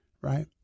right